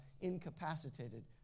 incapacitated